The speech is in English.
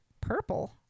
purple